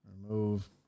Remove